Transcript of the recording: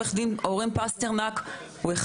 היו גם